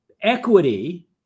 equity